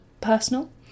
personal